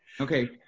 Okay